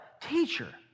Teacher